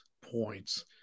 points